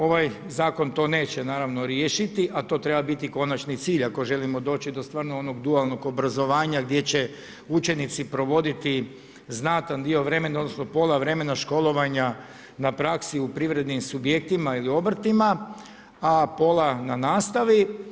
Ovaj zakon to neće, naravno, riješiti, a to treba biti konačni cilj ako želimo doći do stvarno onog dualnog obrazovanja gdje će učenici provoditi znatan dio vremena, odnosno pola vremena školovanja na praksi u privrednim subjektima ili obrtima, a pola na nastavi.